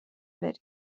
بریم